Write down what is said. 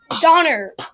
Donner